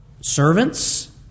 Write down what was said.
servants